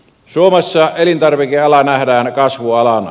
suomessa elintarvikeala nähdään kasvualana